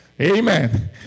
Amen